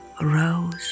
rose